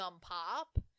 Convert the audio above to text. pop